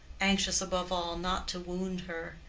anxious above all not to wound her.